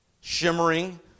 shimmering